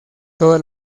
toda